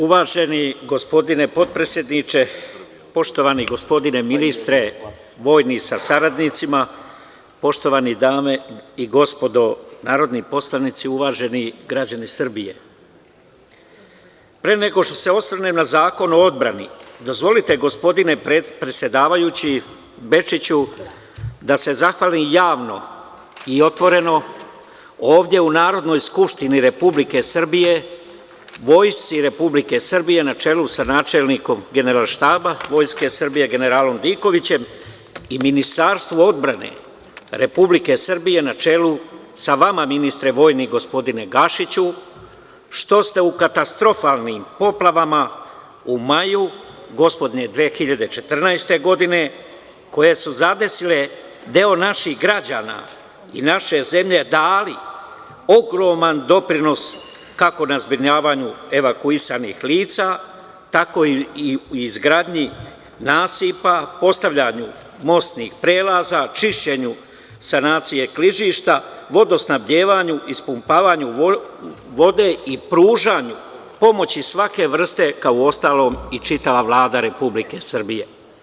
Uvaženi gospodine potpredsedniče, poštovani gospodine ministre, vojni sa sa radnicima, poštovane dame i gospodo narodni poslanici, uvaženi građani Srbije, pre nego što se osvrnem na Zakon o odbrani, dozvolite gospodine predsedavajući Bečiću, da se zahvalim javno i otvoreno ovde u Narodnoj skupštini Republike Srbije, Vojsci Republike Srbije na čelu sa načelnikom Generalštaba Vojske Srbije, generalom Dikovićem, i Ministarstvu odbrane Republike Srbije na čelu sa vama ministre, vojni gospodine Gašiću, što ste u katastrofalnim poplavama u maju gospodnje 2014. godine, koje su zadesile deo naših građana i naše zemlje, dali ogroman doprinos kako na zbrinjavanju evakuisanih lica, tako i izgradnji nasipa, postavljanju mostnih prelaza, čišćenju sanacije klizišta, vodosnabdevanju, ispumpavanju vode i pružanju pomoći svake vrste kao uostalom i čitava Vlada Republike Srbije.